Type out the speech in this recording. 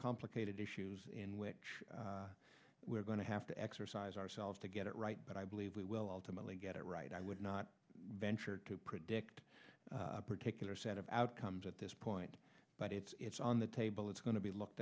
complicated issues in which we're going to have to exercise ourselves to get it right but i believe we will ultimately get it right i would not venture to predict a particular set of outcomes at this point but it's on the table it's going to be looked